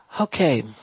Okay